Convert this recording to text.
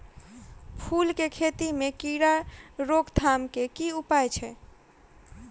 फूल केँ खेती मे कीड़ा रोकथाम केँ की उपाय छै?